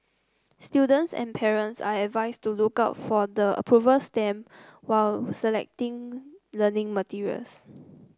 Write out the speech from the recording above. students and parents are advised to look out for the approval stamp while selecting learning materials